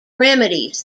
remedies